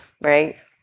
right